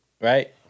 right